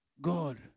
God